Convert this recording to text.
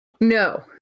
No